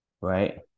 right